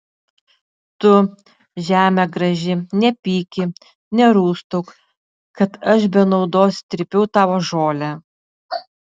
tu žeme graži nepyki nerūstauk kad aš be naudos trypiau tavo žolę